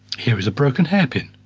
here is a broken hairpin.